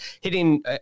hitting